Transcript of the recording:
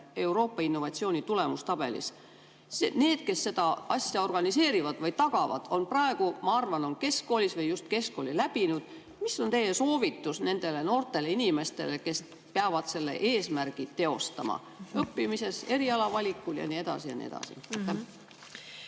Euroopa innovatsiooni tulemustabelis. Need, kes seda organiseerivad või tagavad, on praegu, ma arvan, keskkoolis või just keskkooli läbinud. Mis on teie soovitus nendele noortele inimestele, kes peavad selle eesmärgi teostama – õppides, eriala valikul ja nii edasi ja nii edasi?